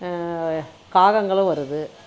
காகங்களும் வருது